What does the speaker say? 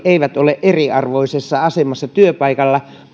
eivät ole eriarvoisessa asemassa työpaikalla